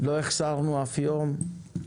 לא החסרנו אף יום.